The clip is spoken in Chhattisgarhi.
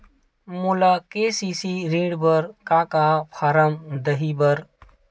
मोला के.सी.सी ऋण बर का का फारम दही बर?